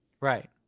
Right